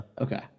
Okay